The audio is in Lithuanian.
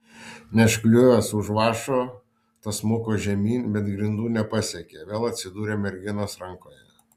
neužkliuvęs už vąšo tas smuko žemyn bet grindų nepasiekė vėl atsidūrė merginos rankoje